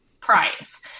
price